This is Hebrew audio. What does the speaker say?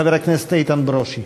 חבר הכנסת איתן ברושי.